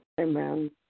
Amen